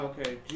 okay